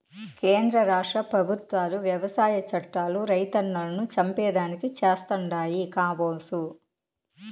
కేంద్ర రాష్ట్ర పెబుత్వాలు వ్యవసాయ చట్టాలు రైతన్నలను చంపేదానికి చేస్తండాయి కామోసు